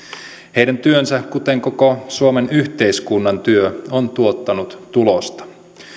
heidän työnsä kuten koko suomen yhteiskunnan työ on tuottanut tulosta